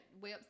websites